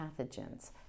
pathogens